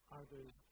others